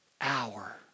hour